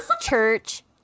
church